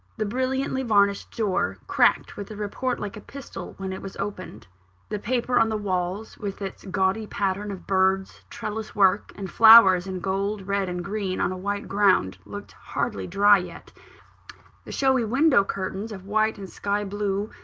the brilliantly-varnished door cracked with a report like a pistol when it was opened the paper on the walls, with its gaudy pattern of birds, trellis-work, and flowers, in gold, red, and green on a white ground, looked hardly dry yet the showy window-curtains of white and sky-blue,